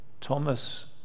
Thomas